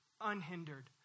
unhindered